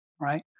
right